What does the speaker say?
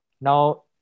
Now